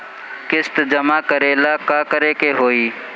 किस्त जमा करे ला का करे के होई?